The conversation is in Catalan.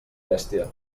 bèstia